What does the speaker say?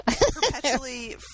Perpetually